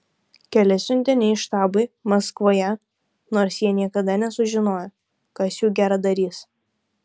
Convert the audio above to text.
keli siuntiniai štabui maskvoje nors jie niekada nesužinojo kas jų geradarys